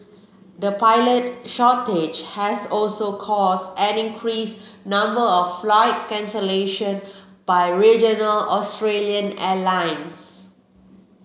the pilot shortage has also caused an increased number of flight cancellation by regional Australian airlines